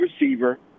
receiver